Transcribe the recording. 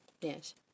Yes